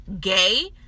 gay